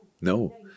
No